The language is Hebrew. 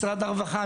משרד הרווחה,